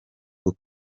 bwo